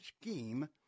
scheme